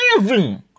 living